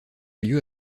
lieu